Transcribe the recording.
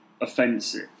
offensive